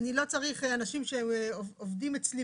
אני לא צריך אנשים שעובדים אצלי